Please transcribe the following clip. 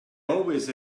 always